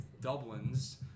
dublin's